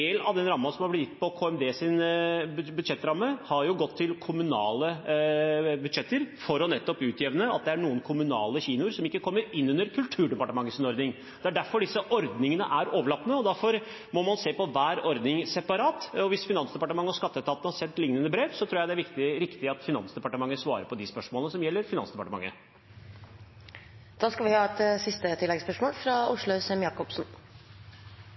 av det som ble gitt på Kommunal- og moderniseringsdepartementets budsjettramme, har gått til kommunale budsjetter for å nettopp utjevne at det er noen kommunale kinoer som ikke kommer inn under Kulturdepartementets ordning. Det er derfor disse ordningene er overlappende, og derfor må man se på hver ordning separat. Hvis Finansdepartementet og skatteetaten har sendt lignende brev, tror jeg det er riktig at Finansdepartementet svarer på de spørsmålene som gjelder